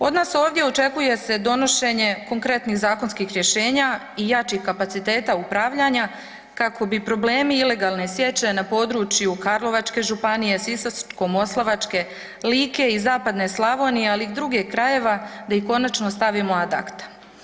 Od nas ovdje očekuje se donošenje konkretnih zakonskih rješenja i jačih kapaciteta upravljanja kako bi problemi ilegalne sječe na području Karlovačke županije, Sisačko-moslavačke, Like i zapadne Slavonije ali i drugih krajeva da ih konačno stavim ad acta.